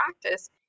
practice